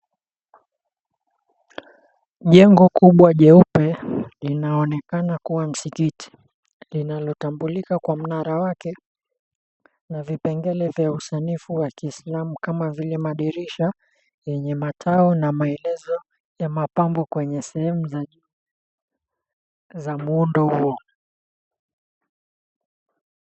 Jengo kubwa jeupe, linaonekana kuwa msikiti, linalotambulika kwa mnara wake na vipengele vya usanifu wa Kiislamu kama vile madirisha yenye matao na maelezo ya mapambo kwenye sehemu za juu za muundo huo.